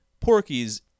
Porky's